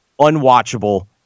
unwatchable